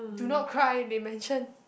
do not cry they mentioned